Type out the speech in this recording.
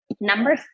number